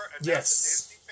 Yes